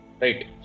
Right